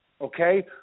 okay